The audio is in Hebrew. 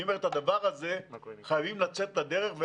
אני אומר את הדבר הזה: חייבים לצאת לדרך.